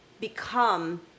become